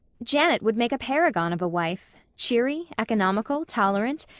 janet would make a paragon of a wife cheery, economical, tolerant,